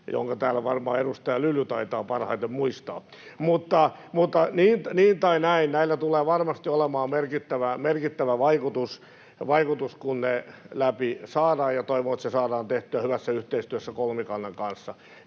jonka täällä varmaan edustaja Lyly taitaa parhaiten muistaa. Mutta niin tai näin, näillä tulee varmasti olemaan merkittävä vaikutus, kun ne läpi saadaan. Ja toivon, että ne saadaan tehtyä hyvässä yhteistyössä kolmikannan kanssa.